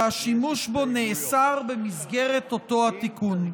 שהשימוש בו נאסר במסגרת אותו תיקון.